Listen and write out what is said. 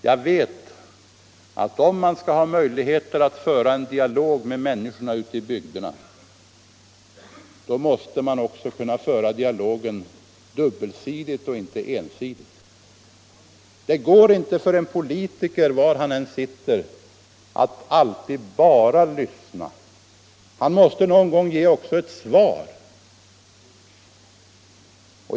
Jag vet att om man skall ha möjligheter att kommunicera med människorna ute i bygderna måste det vara en dialog, inte en ensidig diskussion. Det går inte för en politiker, var han än sitter, att alltid bara lyssna. Han måste någon gång också ge ett svar.